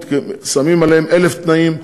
שמים עליהן אלף תנאים,